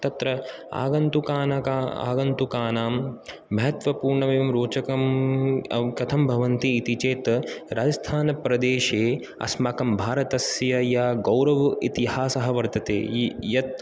तत्र आगन्तुकानां महत्त्वपूर्णम् एवं रोचकं कथं भवन्ति इति चेत् राजस्थानप्रदेशे अस्माकं भारतस्य य गौरवइतिहासः वर्तते यत्